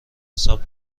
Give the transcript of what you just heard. حساب